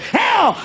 hell